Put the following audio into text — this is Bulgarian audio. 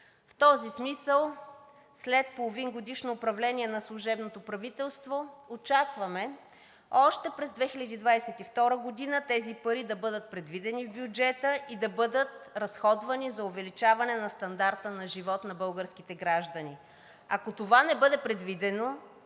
В този смисъл след половингодишното управление на служебното правителство очакваме още през 2022 г. тези пари да бъдат предвидени в бюджета и да бъдат разходвани за увеличаване на стандарта на живот на българските граждани. Ако това не бъде предвидено,